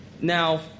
Now